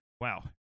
Wow